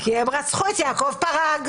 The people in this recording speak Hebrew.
כי הם רצחו את יעקב פרג.